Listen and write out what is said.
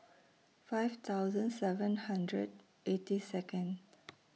five thousand seven hundred eighty Second